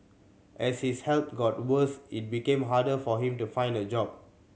as his health got worse it became harder for him to find a job